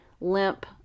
limp